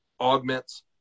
augments